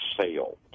sale